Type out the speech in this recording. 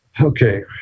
Okay